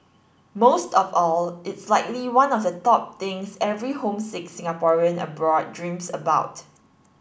most of all it's likely one of the top things every homesick Singaporean abroad dreams about